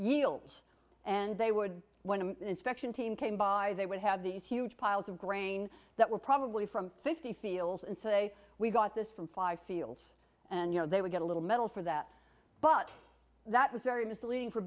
yields and they would when the inspection team came by they would have these huge piles of grain that were probably from fifty fields and say we got this from five fields and you know they would get a little medal for that but that was very misleading for